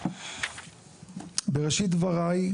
בראשית דבריי,